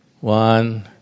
one